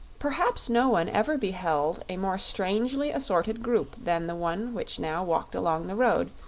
perhaps no one ever beheld a more strangely assorted group than the one which now walked along the road,